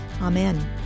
Amen